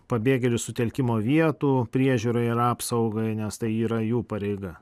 pabėgėlių sutelkimo vietų priežiūrai ir apsaugai nes tai yra jų pareiga